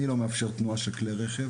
לכן אני לא מאפשר כניסה של כלי רכב כלל.